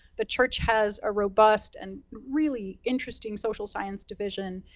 the church has a robust and really interesting social science division.